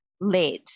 led